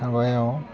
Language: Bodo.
सिगाङाव